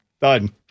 Done